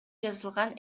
жазылган